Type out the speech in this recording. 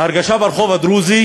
ההרגשה ברחוב הדרוזי